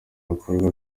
bikorwa